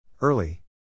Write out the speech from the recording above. Early